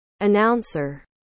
Announcer